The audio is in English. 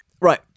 Right